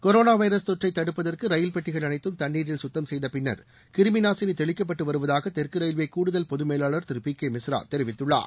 corona virus தொற்றை தடுப்பதற்கு rail பெட்டிகள் அனைத்தும் தண்ணீரில் கத்தம் செய்த பின்னா் கிருமி நாசினி தெளிக்கப்பட்டு வருவதாக தெற்கு ரயில்வே கூடுதல் பொதுமேலாளா் திரு பி கே மிஸ்ரா தெரிவித்துள்ளார்